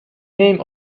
name